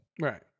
Right